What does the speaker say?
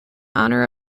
honor